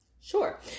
Sure